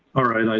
all right,